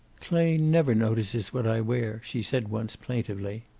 clay never notices what i wear, she said, once, plaintively.